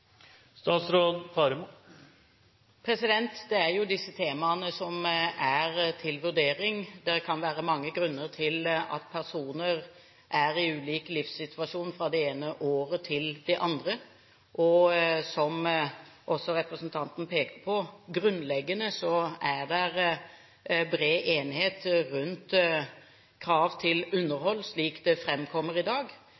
Det er jo disse temaene som er til vurdering. Det kan være mange grunner til at personer er i ulik livssituasjon fra det ene året til det andre, og som også representanten pekte på, er det grunnleggende, bred enighet rundt krav til